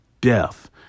death